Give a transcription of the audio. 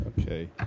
Okay